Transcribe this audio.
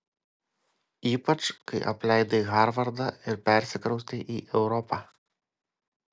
ypač kai apleidai harvardą ir persikraustei į europą